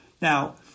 now